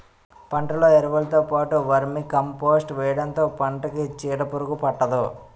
పంటలో ఎరువులుతో పాటు వర్మీకంపోస్ట్ వేయడంతో పంటకి చీడపురుగు పట్టదు